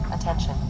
attention